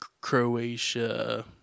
Croatia